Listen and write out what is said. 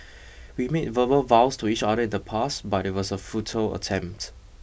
we made verbal vows to each other in the past but it was a futile attempt